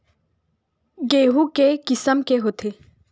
गेहूं के किसम के होथे?